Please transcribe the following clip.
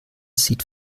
sieht